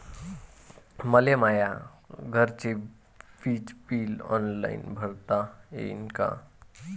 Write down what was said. मले माया घरचे विज बिल ऑनलाईन भरता येईन का?